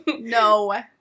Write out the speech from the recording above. No